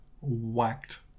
whacked